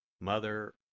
Mother